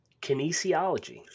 kinesiology